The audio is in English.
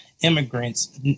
immigrants